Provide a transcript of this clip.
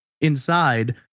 Inside